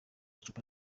icupa